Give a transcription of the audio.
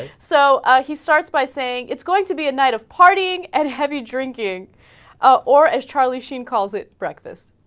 so out he starts by saying it's going to be a night of partying and heavy drinking ah. or as charlie sheen calls it breakfast